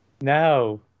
No